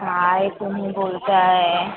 काय तुम्ही बोलत आहे